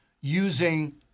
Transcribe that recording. using